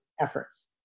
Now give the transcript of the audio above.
efforts